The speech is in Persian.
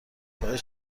پای